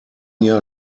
jahr